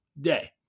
day